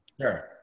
Sure